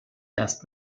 erst